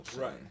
Right